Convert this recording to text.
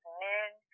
men